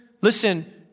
Listen